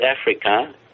Africa